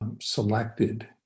selected